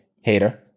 hater